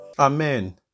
Amen